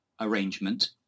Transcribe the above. arrangement